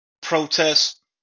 protests